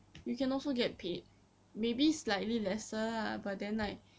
you can also get paid maybe slightly lesser lah but then like